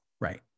right